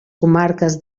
comarques